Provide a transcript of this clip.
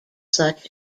such